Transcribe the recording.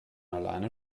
alleine